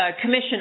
commission